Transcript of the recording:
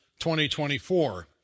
2024